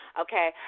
okay